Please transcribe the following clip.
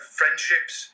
friendships